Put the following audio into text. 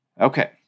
Okay